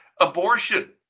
Abortion